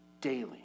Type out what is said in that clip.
daily